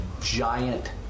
giant